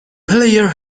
player